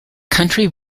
country